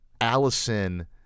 Allison